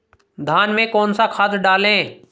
धान में कौन सा खाद डालें?